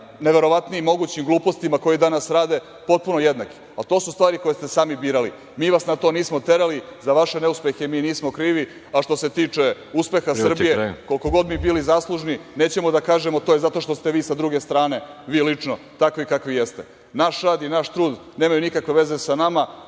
najneverovatnijim mogućim glupostima koje danas rade, potpuno jednaki. Ali, to su stvari koje ste sami birali. Mi vas na to nismo terali. Za vaše neuspehe mi nismo krivi. Što se tiče uspeha Srbije, koliko god mi bili zaslužni, nećemo da kažemo da je to zato što ste vi sa druge strane, vi lično, takvi kakvi jeste. Naš rad i naš trud nemaju nikakve veze sa nama,